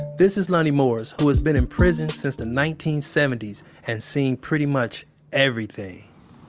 this is lonnie morris, who has been in prison since the nineteen seventy s and seen pretty much everything.